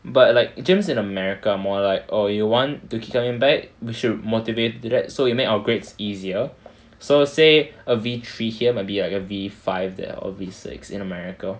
but like gyms in america are more like oh you want to keep coming back we should motivate that so we make our grades easier so say a V three here might be like a V five there or V six in america